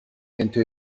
into